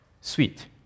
sweet